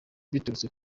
biturutse